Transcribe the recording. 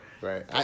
Right